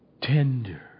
tender